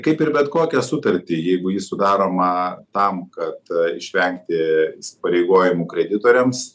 kaip ir bet kokią sutartį jeigu ji sudaroma tam kad išvengti įsipareigojimų kreditoriams